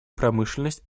промышленность